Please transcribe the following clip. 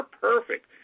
perfect